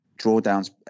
drawdowns